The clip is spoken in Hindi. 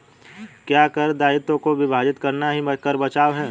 क्या कर दायित्वों को विभाजित करना ही कर बचाव है?